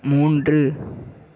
மூன்று